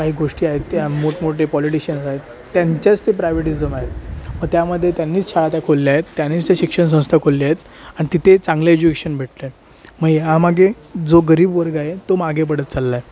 काही गोष्टी आहेत त्या मोठमोठे पॉलिटिशियन्स आहेत त्यांचेच ते प्रायवेटिजम आहेत मग त्यामध्ये त्यांनीच शाळा त्या खोलल्या आहेत त्यांनीच ते शिक्षणसंस्था खोलल्या आहेत आणि तिथे चांगलं एज्युकेशन भेटत आहे मग या मागे जो गरीब वर्ग आहे तो मागे पडत चालला आहे